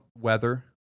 weather